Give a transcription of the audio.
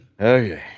Okay